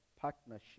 partnership